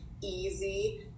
easy